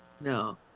no